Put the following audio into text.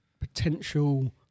potential